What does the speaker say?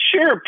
sure